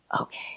Okay